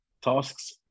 tasks